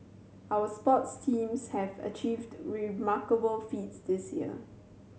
our sports teams have achieved remarkable feats this year